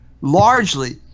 largely